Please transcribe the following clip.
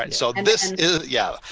and so this is. yeah.